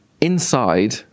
inside